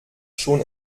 schon